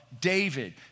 David